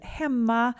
hemma